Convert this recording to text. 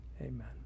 amen